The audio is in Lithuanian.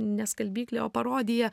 ne skalbyklė o parodija